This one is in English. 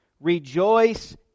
rejoice